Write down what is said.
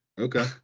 Okay